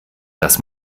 das